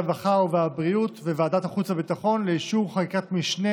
הרווחה והבריאות וועדת החוץ והביטחון לאישור חקיקת משנה